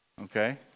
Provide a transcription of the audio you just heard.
Okay